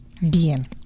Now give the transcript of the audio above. bien